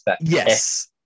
Yes